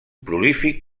prolífic